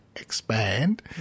expand